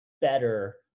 better